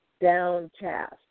downcast